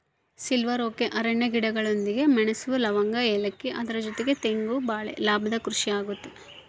silver oak ಅರಣ್ಯ ಗಿಡಗಳೊಂದಿಗೆ ಮೆಣಸು, ಲವಂಗ, ಏಲಕ್ಕಿ ಅದರ ಜೊತೆಗೆ ತೆಂಗು ಬಾಳೆ ಲಾಭದ ಕೃಷಿ ಆಗೈತೆ